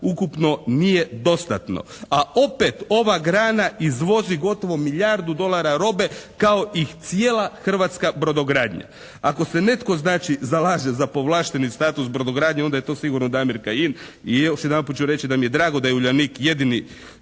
ukupno nije dostatno. A opet, ova grana izvozi gotovo milijardu dolara kao i cijela hrvatska brodogradnja. Ako se netko znači zalaže za povlašteni status brodogradnje onda je to sigurno Damir Kajin. I još jedanput ću reći da mi je drago da je "Uljanik" jedino